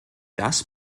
das